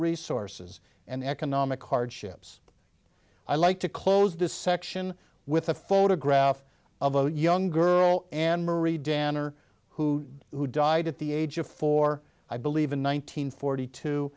resources and economic hardships i like to close this section with a photograph of a young girl anne marie danner who who died at the age of four i believe in one nine hundred forty two